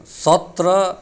सत्र